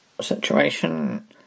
situation